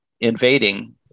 invading